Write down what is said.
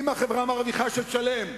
אם החברה מרוויחה, שתשלם.